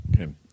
Okay